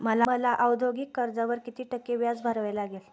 मला औद्योगिक कर्जावर किती टक्के व्याज भरावे लागेल?